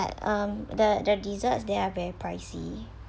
but um the the desserts they are very pricey